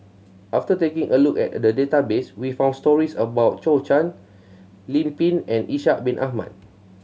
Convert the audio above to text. after taking a look at the database we found stories about Zhou Can Lim Pin and Ishak Bin Ahmad